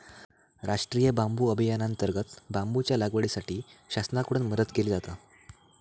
राष्टीय बांबू अभियानांतर्गत बांबूच्या लागवडीसाठी शासनाकडून मदत केली जाता